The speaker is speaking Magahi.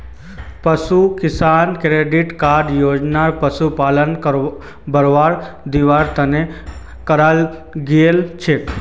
पशु किसान क्रेडिट कार्ड योजना पशुपालनक बढ़ावा दिवार तने कराल गेल छे